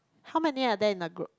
how many are there in a group